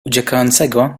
uciekającego